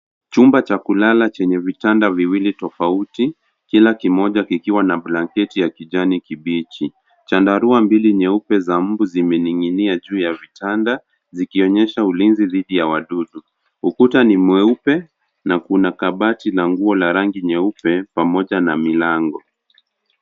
Chumba cha kulala chenye vitanda viwili tofauti, kila kimoja kikiwa na blanketi ya kijani kibichi. Chandarua mbili nyeupe za mbu zimening'inia juu ya vitanda zikionyesha ulinzi dhidi ya wadudu. Ukuta ni mweupe na kuna kabati la nguo la rangi nyeupe pamoja na milango.